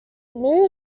new